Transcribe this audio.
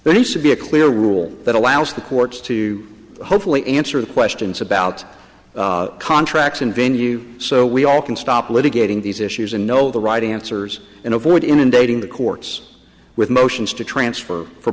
should be a clear rule that allows the courts to hopefully answer questions about contracts and venue so we all can stop litigating these issues and know the right answers and avoid inundating the courts with motions to transfer for